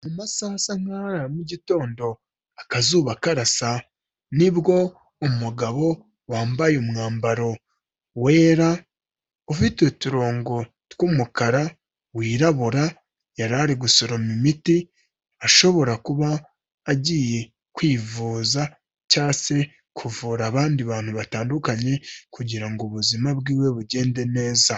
Mu masaha asa nkaho ari aya mu gitondo akazuba karasa nibwo umugabo wambaye umwambaro wera ufite uturongo tw'umukara wirabura yari ari gusoroma imiti ashobora kuba agiye kwivuza cyangwa se kuvura abandi bantu batandukanye kugirango ubuzima bwiwe bugende neza.